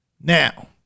now